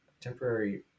temporary